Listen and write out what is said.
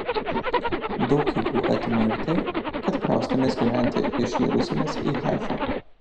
daug jėgų atima ir tai kad kraustomės gyventi iš jeruzalės į haifą